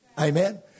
Amen